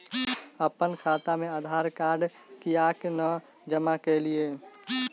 अप्पन खाता मे आधारकार्ड कियाक नै जमा केलियै?